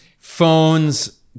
Phones